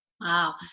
Wow